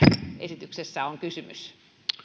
esityksessä on kysymys